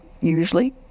usually